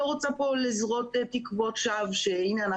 לא רוצה פה לזרות תקוות שווא של הנה,